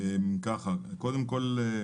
קודם כל,